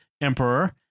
emperor